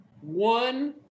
One